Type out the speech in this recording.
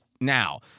now